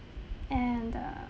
and err